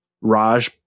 Raj